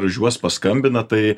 ir už juos paskambina tai